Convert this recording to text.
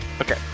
Okay